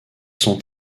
sont